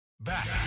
Back